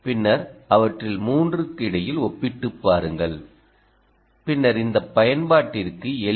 பின்னர் அவற்றில் 3 க்கு இடையில் ஒப்பிட்டுப் பாருங்கள் பின்னர் இந்த பயன்பாட்டிற்கு எல்